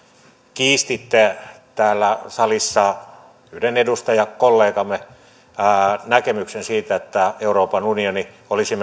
kiistitte täällä salissa yhden edustajakollegamme näkemyksen siitä että euroopan unioni olisi